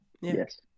yes